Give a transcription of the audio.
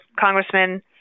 Congressman